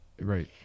Right